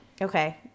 Okay